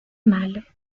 mâle